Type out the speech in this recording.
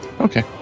Okay